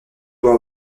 doit